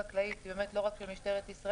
החקלאית היא באמת לא רק של משטרת ישראל.